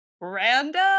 random